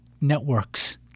networks